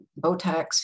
Botox